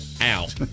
out